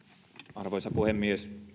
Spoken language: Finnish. arvoisa puhemies